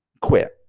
quit